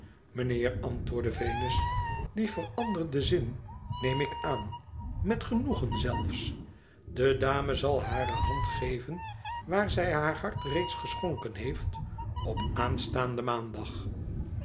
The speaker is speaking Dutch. meneer antwoordde venus dien veranderden zin neem ik aan met genoegen zelfe de dame zal hare hand geven waar zij haar hart reeds ghonken heeft op aanstaanden maandiag